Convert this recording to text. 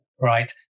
right